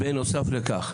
בנוסף לכך,